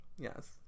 yes